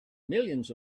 millions